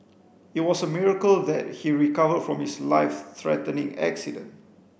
it was a miracle that he recovered from his life threatening accident